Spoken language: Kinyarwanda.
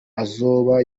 azoba